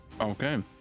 Okay